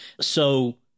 So-